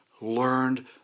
learned